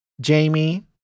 Jamie